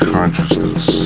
Consciousness